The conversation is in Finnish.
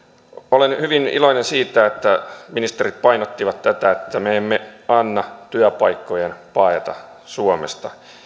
olen hyvin iloinen siitä että ministerit painottivat tätä että me emme anna työpaikkojen paeta suomesta